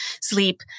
sleep